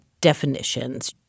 definitions